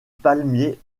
palmier